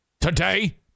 Today